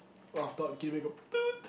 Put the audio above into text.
laugh thought giving a toot